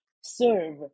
serve